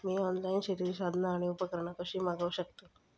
मी online शेतीची साधना आणि उपकरणा कशी मागव शकतय?